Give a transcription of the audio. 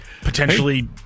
potentially